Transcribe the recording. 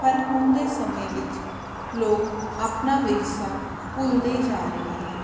ਪਰ ਹੁਣ ਦੇ ਸਮੇਂ ਵਿੱਚ ਲੋਕ ਆਪਣਾ ਵਿਰਸਾ ਭੁੱਲਦੇ ਜਾ ਰਹੇ ਹਨ